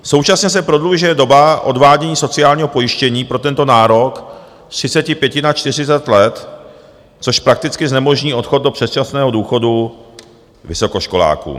Současně se prodlužuje doba odvádění sociálního pojištění pro tento nárok z 35 na 40 let, což prakticky znemožní odchod do předčasného důchodu vysokoškolákům.